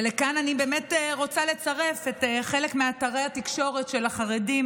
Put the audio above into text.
לכאן אני באמת רוצה לצרף חלק מאתרי התקשורת של החרדים,